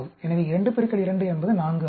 எனவே 2 பெருக்கல் 2 என்பது 4 ஆகும்